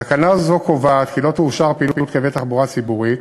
תקנה זו קובעת כי לא תאושר פעילות קווי תחבורה ציבורית,